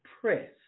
press